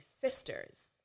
sisters